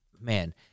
man